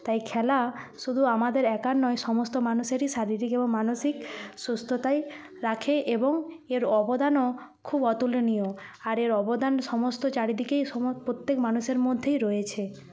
তাই খেলা শুধু আমাদের একার নয় সমস্ত মানুষেরই শারীরিক এবং মানসিক সুস্থতায় রাখে এবং এর অবদানও খুব অতুলনীয় আর এর অবদান সমস্ত চারিদিকেই প্রত্যেক মানুষের মধ্যেই রয়েছে